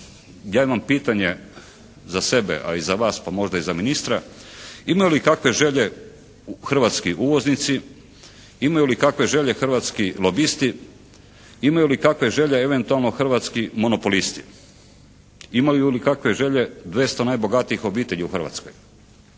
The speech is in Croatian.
ja imam pitanje za sebe, a i za vas, pa možda i za ministra, ima li kakve želje hrvatski uvoznici, imaju li kakve želje hrvatski lobisti, imaju li kakve želje eventualno hrvatski monopolisti? Imaju li kakve želje 200 najbogatijih obitelji u Hrvatskoj?